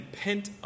pent